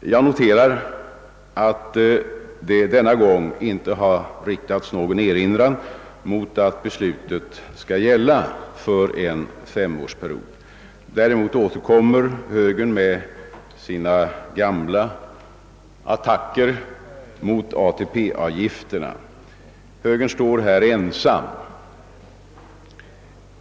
Jag noterar att det denna gång inte har riktats någon erinran mot detta. Däremot återkommer högern med sina gamla attacker mot ATP-avgifterna. Högern står här ensam.